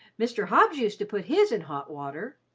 mr. hobbs used to put his in hot water.